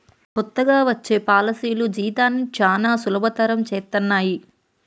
కొత్తగా వచ్చే పాలసీలు జీవితాన్ని చానా సులభతరం చేత్తన్నయి